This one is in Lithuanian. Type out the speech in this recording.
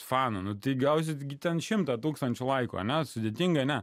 fanų nu tai gausit gi ten šimtą tūkstančių laikųane sudėtinga ne